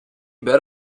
bet